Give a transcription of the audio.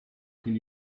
can